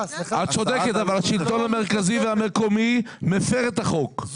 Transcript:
את צודקת אבל השלטון המקומי והמרכזי מפר את החוק,